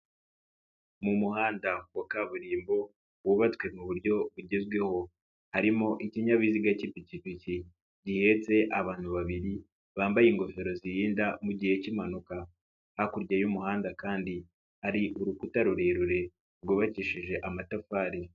Mu muhanda wa kaburimbo wubatswe mu buryo bugezweho harimo ikinyabiziga cy'ipikipiki gihetse abantu babiri bambaye ingofero zirinda mu gihe cy'impanuka hakurya y'umuhanda kandi hari urukuta rurerure rwubakishije amatafari.